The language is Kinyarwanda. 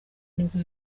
nibwo